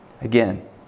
Again